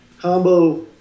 Combo –